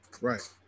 right